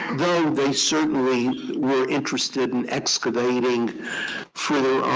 though they certainly were interested in excavating for,